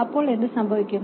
അപ്പോൾ എന്ത് സംഭവിക്കണം